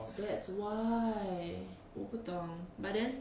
that's why 我不懂 but then